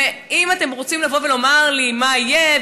ואם אתם רוצים לבוא ולומר לי: מה יהיה,